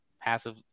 passive